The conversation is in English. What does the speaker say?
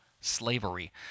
slavery